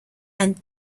and